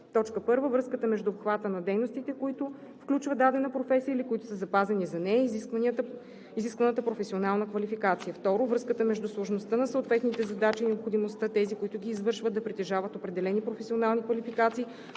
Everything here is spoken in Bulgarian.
или изменя: 1. връзката между обхвата на дейностите, които включва дадена професия или които са запазени за нея, и изискваната професионална квалификация; 2. връзката между сложността на съответните задачи и необходимостта тези, които ги извършват, да притежават определени професионални квалификации,